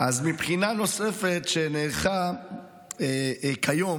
מבחינה נוספת שנערכה כיום,